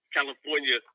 California